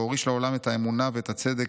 להוריש לעולם את האמונה ואת הצדק,